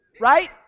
Right